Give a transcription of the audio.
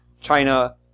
China